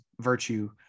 virtue